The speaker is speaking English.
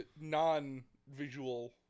non-visual